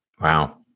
Wow